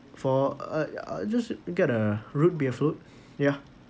for uh ya just get a root beer float ya